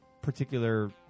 particular